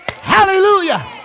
Hallelujah